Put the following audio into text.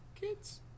kids